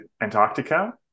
Antarctica